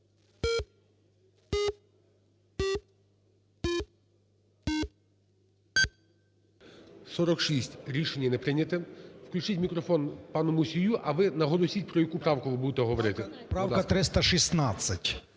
За-46 Рішення не прийнято. Включіть мікрофон пану Мусію. А ви наголосіть, про яку правку ви будете говорити. 14:06:51